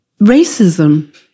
racism